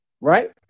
right